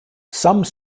some